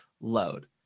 load